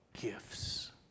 gifts